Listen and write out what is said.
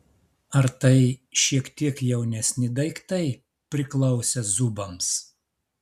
ar tai šiek tiek jaunesni daiktai priklausę zubams